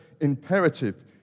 imperative